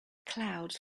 clouds